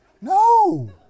No